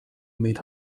made